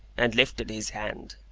and lifted his hand.